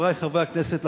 חברי חברי הכנסת,